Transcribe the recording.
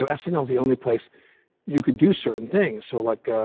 know, snl is the only place you could do certain things. so, like,